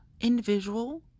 Individual